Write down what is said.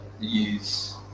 use